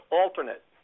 alternate